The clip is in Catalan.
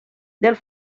del